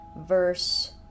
verse